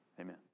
Amen